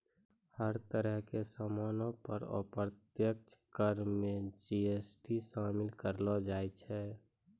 हर तरह के सामानो पर अप्रत्यक्ष कर मे जी.एस.टी शामिल करलो जाय छै